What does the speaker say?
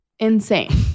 Insane